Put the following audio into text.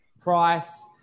price